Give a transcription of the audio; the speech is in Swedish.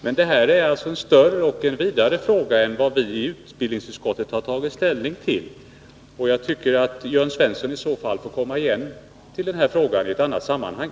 Men detta är alltså en större och vidare fråga än vad vi i utbildningsutskottet har tagit ställning till. Jag tror att Jörn Svensson får åerkomma till den här frågan i ett annat sammanhang.